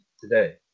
today